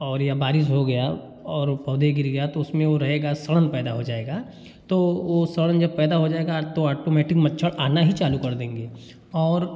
और या बारिश हो गया और पौधे गिर गया तो उसमें वो रहेगा सड़न पैदा हो जाएगा तो वो सड़न जब पैदा हो जाएगा तो ऑटोमेटिक मच्छर आना ही चालू कर देंगे और